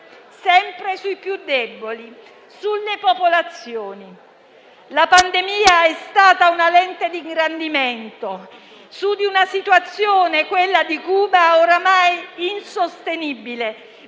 sempre sui più deboli, sulle popolazioni. La pandemia è stata una lente di ingrandimento su una situazione, quella di Cuba, oramai insostenibile,